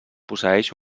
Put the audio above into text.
posseeix